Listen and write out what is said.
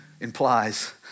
implies